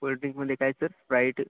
कोल्डड्रिंकमध्ये काय sir sprite